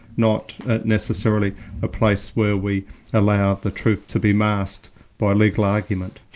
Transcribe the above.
not necessarily a place where we allow the truth to be masked by legal argument.